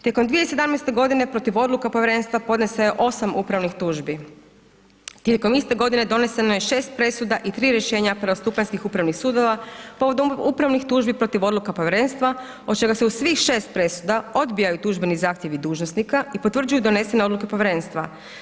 Tijekom 2017. protiv odluka povjerenstva podneseno je 8 upravnih tužbi, tijekom iste godine doneseno je 6 presuda i 3 rješenja prvostupanjskih upravnih sudova povodom upravnih tužbi protiv odluka povjerenstva od čega se u svih 6 presuda odbijaju tužbeni zahtjevi dužnosnika i potvrđuju donesene odluke povjerenstva.